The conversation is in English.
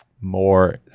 more